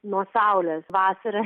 nuo saulės vasarą